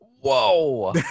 Whoa